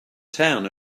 town